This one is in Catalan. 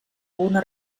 una